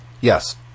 Yes